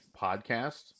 podcast